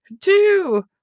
two